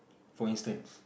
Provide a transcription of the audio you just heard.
for instance